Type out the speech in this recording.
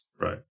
right